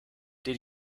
did